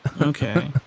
Okay